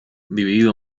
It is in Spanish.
dividido